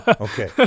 Okay